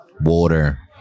water